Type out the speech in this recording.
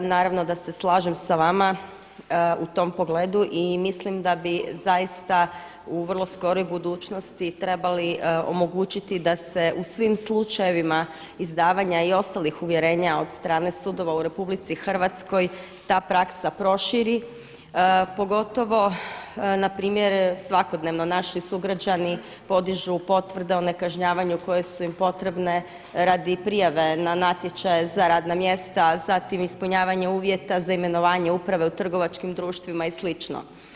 Naravno da se slažem sa vama u tom pogledu i mislim da bi zaista u vrlo skoroj budućnosti trebali omogućiti da se u svim slučajevima izdavanja i ostalih uvjerenja od strane sudova u Republici Hrvatskoj ta praksa proširi pogotovo na primjer svakodnevno naši sugrađani podižu potvrde o nekažnjavanju koje su im potrebne radi prijave na natječaje za radna mjesta, zatim ispunjavanje uvjeta za imenovanje uprave u trgovačkim društvima i slično.